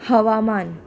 हवामान